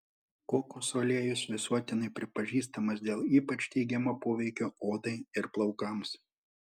kokosų aliejus visuotinai pripažįstamas dėl ypač teigiamo poveikio odai ir plaukams